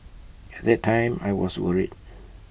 at that time I was worried